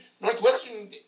Northwestern